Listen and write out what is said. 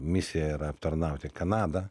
misija yra aptarnauti kanadą